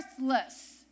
worthless